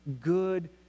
good